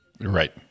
right